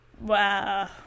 wow